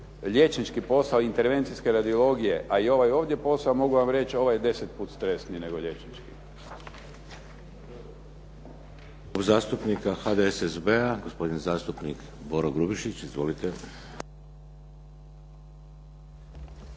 liječnički posao intervencijske radiologije a i ovaj ovdje posao mogu vam reći ovaj je deset puta stresniji nego liječnički.